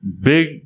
big